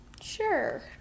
Sure